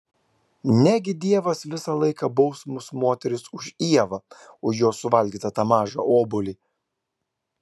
negi dievas visą laiką baus mus moteris už ievą už jos suvalgytą tą mažą obuolį